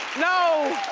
no,